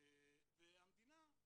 והמדינה,